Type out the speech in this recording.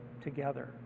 together